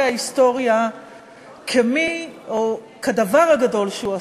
ההיסטוריה כמי או כדבר הגדול שהוא עשה?